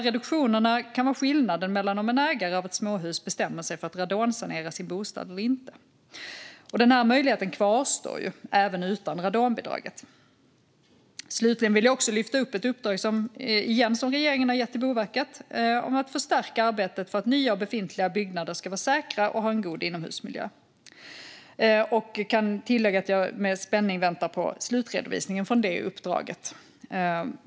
Reduktionerna kan vara skillnaden mellan om en ägare av ett småhus bestämmer sig för att radonsanera sin bostad eller inte, och den möjligheten kvarstår ju även utan radonbidraget. Slutligen vill jag också lyfta upp ett uppdrag igen som regeringen har gett till Boverket om att förstärka arbetet för att nya och befintliga byggnader ska vara säkra och ha en god inomhusmiljö. Jag kan tillägga att jag med spänning väntar på slutredovisningen av det uppdraget.